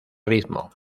ritmo